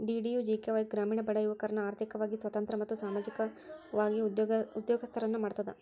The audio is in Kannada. ಡಿ.ಡಿ.ಯು.ಜಿ.ಕೆ.ವಾಯ್ ಗ್ರಾಮೇಣ ಬಡ ಯುವಕರ್ನ ಆರ್ಥಿಕವಾಗಿ ಸ್ವತಂತ್ರ ಮತ್ತು ಸಾಮಾಜಿಕವಾಗಿ ಉದ್ಯೋಗಸ್ತರನ್ನ ಮಾಡ್ತದ